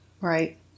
Right